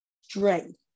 strength